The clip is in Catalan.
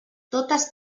totes